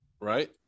Right